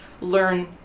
learn